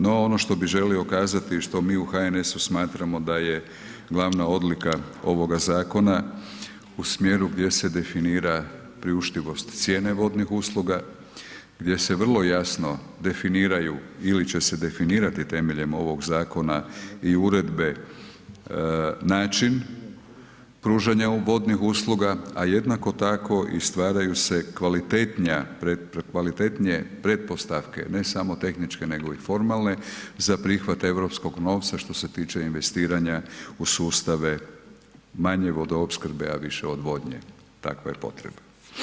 No ono što bih želio kazati što mi u HNS-u smatramo da je glavna odlika ovoga zakona u smjeru gdje se definira priuštivost cijene vodnih usluga, gdje se vrlo jasno definiraju ili će se definirati temeljem ovoga zakona i uredbe, način pružanja vodnih usluga a jednako tako i stvaraju se kvalitetnije pretpostavke, ne samo tehničke nego i formalne za prihvat europskog novca što se tiče investiranja u sustave manje vodoopskrbe a više odvodnje, takva je potreba.